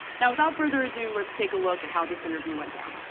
now without further ado, let's take a look at how this interview went down.